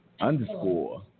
Underscore